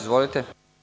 Izvolite.